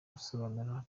gusobanurira